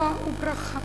טובה וברכה,